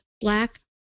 black